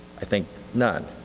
i think none.